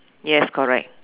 yes correct